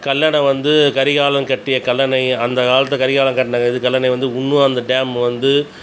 கல்லணை வந்த கரிகாலன் கட்டிய கல்லணை அந்தக் காலத்தில் கரிகாலன் கட்டுனது அது கல்லணை இன்னும் அந்த டேமு வந்து